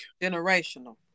generational